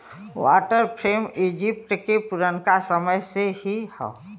water frame Egypt के पुरनका समय से ही हौ